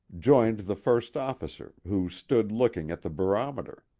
joined the first officer, who stood looking at the barometer.